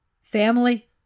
family